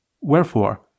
Wherefore